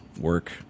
work